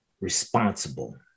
responsible